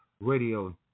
Radio